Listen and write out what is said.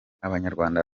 abanyarwanda